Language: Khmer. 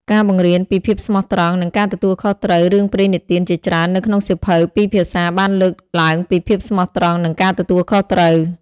ការបង្រៀនពីភាពស្មោះត្រង់ និងការទទួលខុសត្រូវរឿងព្រេងនិទានជាច្រើននៅក្នុងសៀវភៅពីរភាសាបានលើកឡើងពីភាពស្មោះត្រង់ និងការទទួលខុសត្រូវ។